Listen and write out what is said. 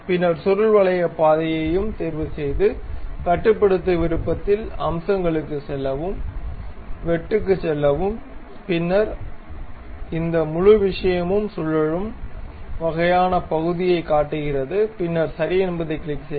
பின்னர் சுருள் வளைய பாதையையும் தேர்வுசெய்து கட்டுப்படுத்து விருப்பத்தில் அம்சங்களுக்குச் செல்லவும் வெட்டுக்குச் செல்லவும் பின்னர் இந்த முழு விஷயமும் சுழலும் வகையான பகுதியைக் காட்டுகிறது பின்னர் சரி என்பதைக் கிளிக் செய்க